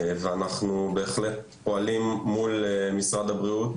ואנחנו בהחלט פועלים מול משרד הבריאות,